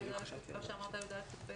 שאמרת על כיתות י"א-י"ב?